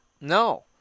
No